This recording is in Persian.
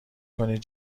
کنید